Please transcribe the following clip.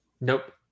Nope